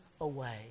away